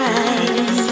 eyes